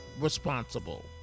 responsible